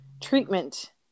treatment